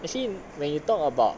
actually when you talk about